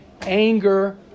anger